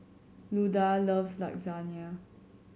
Luda loves Lasagne